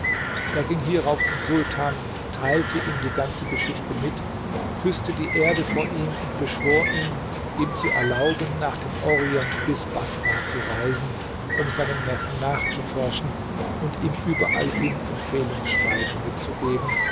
er ging hierauf zum sultan teilte ihm die ganze geschichte mit küßte die erde vor ihm und beschwor ihn ihm zu erlauben nach dem orient bis baßrah zu reisen um seinem neffen nachzuforschen und ihm überall hin empfehlungsschreiben mitzugeben